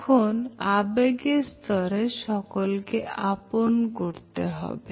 এখন আবেগের স্তরে সকলকে আপন করতে হবে